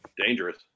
Dangerous